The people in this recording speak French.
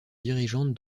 dirigeante